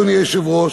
אדוני היושב-ראש,